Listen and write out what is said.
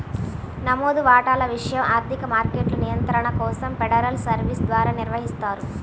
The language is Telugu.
నమోదు వాటాల విషయం ఆర్థిక మార్కెట్ల నియంత్రణ కోసం ఫెడరల్ సర్వీస్ ద్వారా నిర్వహిస్తారు